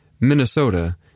Minnesota